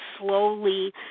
slowly